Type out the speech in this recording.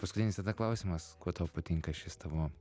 paskutinis tada klausimas kuo tau patinka šis tavo